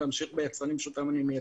המשך ביצרנים שאותם אני מייצג,